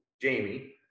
Jamie